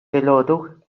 filgħodu